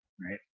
right